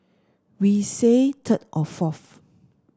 we say third or fourth